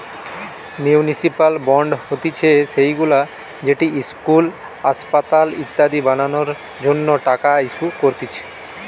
municipal bond হতিছে সেইগুলা যেটি ইস্কুল, আসপাতাল ইত্যাদি বানানোর জন্য টাকা ইস্যু করতিছে